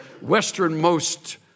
westernmost